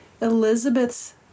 Elizabeth's